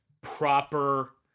proper